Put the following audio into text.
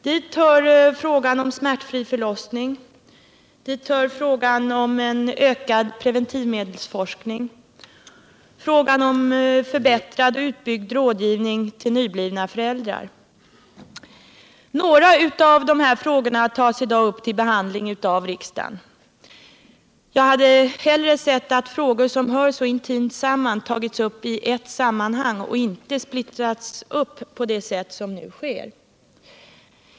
Dit hör frågan om smärtfri förlossning, frågan om ökad preventivmedelsforskning och frågan om förbättrad och utbyggd rådgivning till nyblivna föräldrar. Några av dessa frågor tas i dag upp till behandling av riksdagen. Jag hade hellre sett att frågor som hör så intimt samman tagits upp i ett sammanhang och inte splittrats upp på det sätt som nu sker.